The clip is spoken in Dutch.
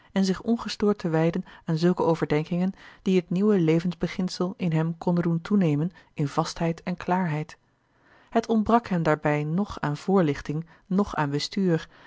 en zich ongestoord te wijden aan zulke overdenkingen die het nieuwe levensbeginsel in hem konden doen toenemen in vastheid en klaarheid het ontbrak hem daarbij noch aan voorlichting noch aan bestuur